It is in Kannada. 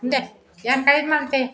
ಉಂದೆ ಯಾನ್ ಕೈದ್ ಮಲ್ತೆ